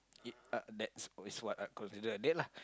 it uh that's always what are considered a date lah